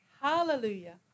hallelujah